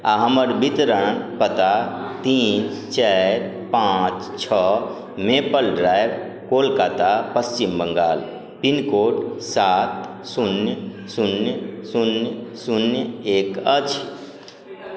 आओर हमर वितरण पता तीन चारि पाँच छओ maple drive Kolkata Paschim Bangal pin code सात शून्य शून्य शून्य शून्य एक अछि